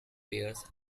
pairs